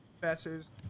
professors